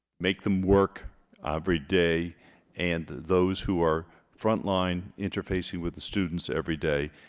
make them work everyday and those who are frontline interfacing with the students everyday